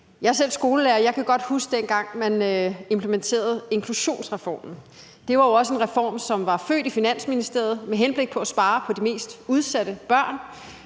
er selv skolelærer, og jeg kan godt huske dengang, man implementerede inklusionsreformen. Det var jo også en reform, som var født i Finansministeriet med henblik på at spare på de mest udsatte børn.